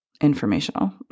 informational